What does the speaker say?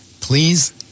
please